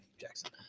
Jackson